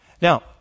Now